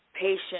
patient